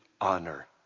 honor